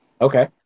okay